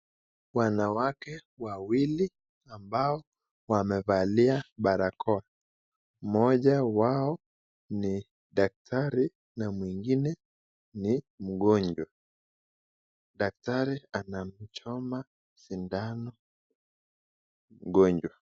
Wanawake wawili ambao wamevalia barakoa mmoja wao ni daktari na mwingine ni mgonjwa, daktari anamchoma sindano mgonjwa.